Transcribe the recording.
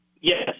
Yes